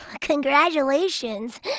Congratulations